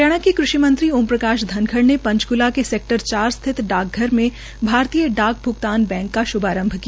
हरियाणा के कृषि मंत्री ओम प्रकाश धनखड़ ने पंचकूला के सेक्टर चार स्थित डाक घर में भारतीय डाक भ्गतान बैंक का श्भारंभ किया